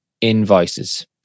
invoices